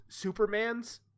Supermans